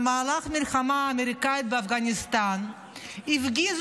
במהלך המלחמה האמריקנית באפגניסטן הפגיז